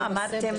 אני אגיע לזה.